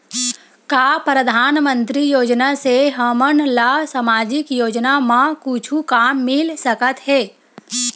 का परधानमंतरी योजना से हमन ला सामजिक योजना मा कुछु काम मिल सकत हे?